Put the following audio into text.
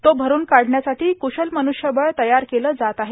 तो भरून काढण्यासाठी क्शल मनुष्यबळ तयार केलं जात आहे